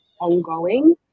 ongoing